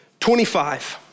25